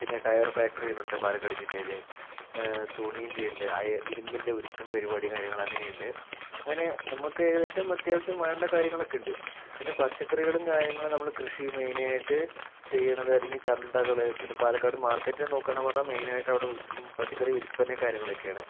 പിന്നെ ടയറ് ഫാക്ടറികളുണ്ട് പാലക്കാട് ജില്ലയിൽ തുണീൻ്റെ ഉണ്ട് ഇരുമ്പിൻ്റെ ഉരുക്കണ പരിപാടി കാര്യങ്ങൾ അങ്ങനെ ഉണ്ട് അങ്ങനെ നമുക്ക് ഏകദേശം അത്യാവിശ്യം വേണ്ട കാര്യങ്ങളൊക്കെ ഉണ്ട് പിന്നെ പച്ചകറികളും കാര്യങ്ങളും നമ്മൾ കൃഷി മെയിനായിട്ട് ചെയ്യണത് അല്ലെങ്കിൽ ചന്തകൾ പിന്നെ പാലക്കാട് മാർക്കറ്റ് നോക്കുകയാണ് പറഞ്ഞാൽ മെയിനായിട്ട് അവിടെ പച്ചക്കറി വിൽപ്പനയും കാര്യങ്ങളൊക്കെയാണ്